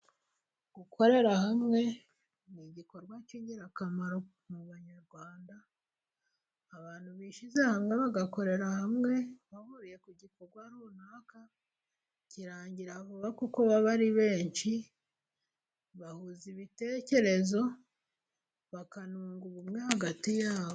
Gukorera hamwe ni igikorwa cy'ingirakamaro mu banyarwanda . Abantu bishyize hamwe bagakorera hamwe ,bahuriye ku gikorwa runaka ,kirangira vuba kuko baba ari benshi. Bahuza ibitekerezo bakanunga ubumwe hagati yabo.